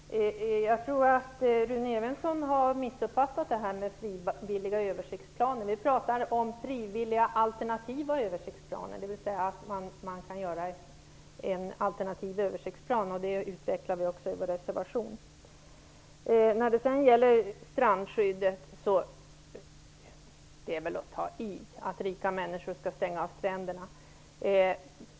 Fru talman! Jag tror att Rune Evensson har missuppfattat frågan om frivilliga översiktsplaner. Vi pratar om frivilliga alternativa översiktsplaner, dvs. att det skall finnas möjlighet att upprätta en alternativ översiktsplan. Detta utvecklar vi också i vår reservation. När det gäller strandskyddet är det väl att ta i att säga att rika människor stänger av stränderna.